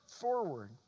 forward